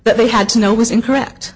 but they had to know was incorrect